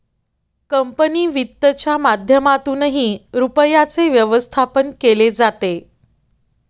company वित्तच्या माध्यमातूनही रुपयाचे व्यवस्थापन केले जाते